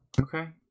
Okay